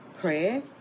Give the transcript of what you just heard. prayer